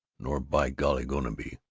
nor by golly going to be!